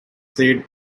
said